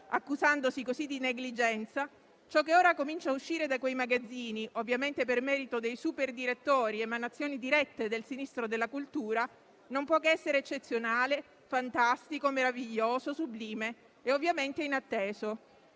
accusandosi così di negligenza, ciò che ora comincia a uscire da quei magazzini - ovviamente per merito dei super direttori, emanazioni dirette del "Sinistro della cultura" - non può che essere eccezionale, fantastico, meraviglioso, sublime e, ovviamente, inatteso.